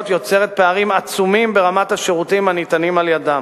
יוצרת פערים עצומים ברמת השירותים הניתנים על-ידן,